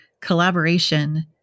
collaboration